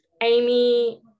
Amy